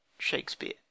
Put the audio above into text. shakespeare